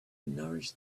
nourish